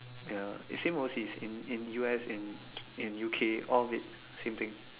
ya it's the same overseas in in U_S in in U_K all of it same thing